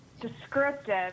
descriptive